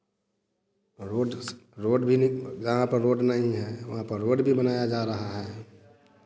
road स road भी नहीं जहाँ पर रोड नहीं है वहाँ पर रोड भी बनाया जा रहा है